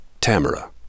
Tamara